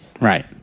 Right